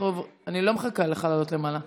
אני לא מחכה לך עד שתעלה למעלה.